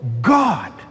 God